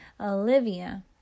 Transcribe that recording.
olivia